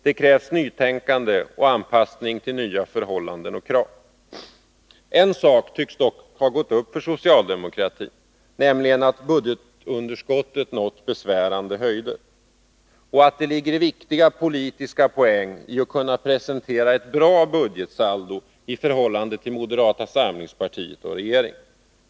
Det krävs nytänkande och anpassning till nya förhållanden och krav. En sak tycks dock ha gått upp för socialdemokratin, nämligen att budgetunderskottet har nått besvärande höjder, och att det ligger viktiga politiska poäng i att kunna presentera ett bra budgetsaldo i förhållande till moderata samlingspartiets och regeringens.